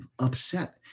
upset